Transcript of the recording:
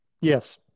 Yes